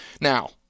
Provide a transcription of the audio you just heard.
Now